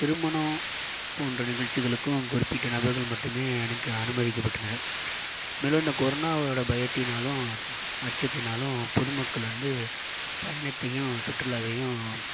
திருமணம் போன்ற நிகழ்ச்சிகளுக்கும் குறிப்பிட்ட நபர்கள் மட்டும் அனுமதிக்கபட்டனர் மேலும் அந்த கொரோனாவோட பயத்தினாலும் அச்சத்தினாலும் பொதுமக்கள் வந்து பயணத்தையும் சுற்றுலாவையும்